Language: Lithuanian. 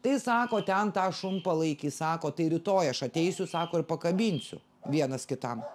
tai sako ten tą šunpalaikį sako tai rytoj aš ateisiu sako ir pakabinsiu vienas kitam